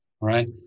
Right